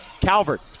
Calvert